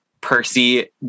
Percy